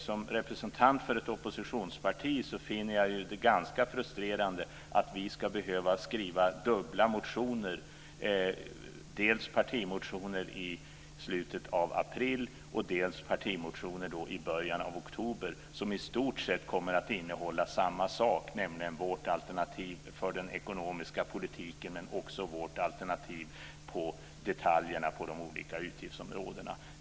Som representant för ett oppositionsparti finner jag det ganska frustrerande att vi ska behöva skriva dubbla motioner, dels partimotioner i slutet av april, dels partimotioner i början av oktober. De kommer i stort sett kommer att innehålla samma sak, nämligen vårt alternativ för den ekonomiska politiken men också vårt alternativ för detaljerna på de olika utgiftsområdena.